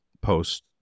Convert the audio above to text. post